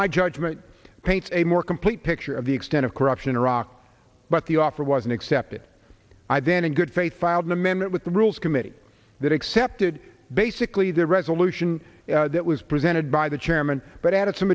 my judgment paints a more complete picture of the extent of corruption in iraq but the offer was an accepted i then in good faith filed an amendment with the rules committee that accepted basically the resolution that was presented by the chairman but added some